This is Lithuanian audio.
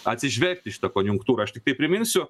atsižvelgti į šitą konjunktūrą aš tiktai priminsiu